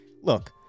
Look